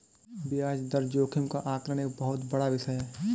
ब्याज दर जोखिम का आकलन एक बहुत बड़ा विषय है